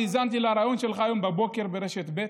האזנתי לריאיון שלך היום בבוקר ברשת ב',